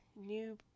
new